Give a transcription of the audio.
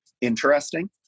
interesting